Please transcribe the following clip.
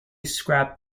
scrapped